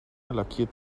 lackiert